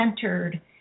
centered